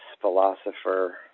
philosopher